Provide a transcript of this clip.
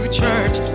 church